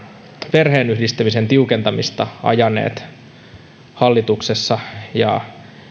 perheenyhdistämisen tiukentamista ajaneet hallituksessa ja